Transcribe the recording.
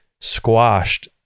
squashed